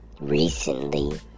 recently